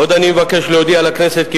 עוד אני מבקש להודיע לכנסת,